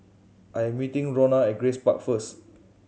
I am meeting Ronna at Grace Park first